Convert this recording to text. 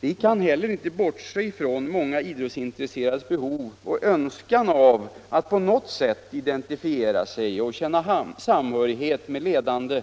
Vi kan heller inte bortse ifrån många idrottsintresserades behov av och önskan att på något sätt identifiera sig och känna samhörighet med ledande